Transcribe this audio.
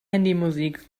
handymusik